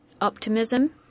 optimism